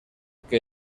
que